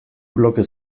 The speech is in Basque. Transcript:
bloke